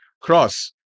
cross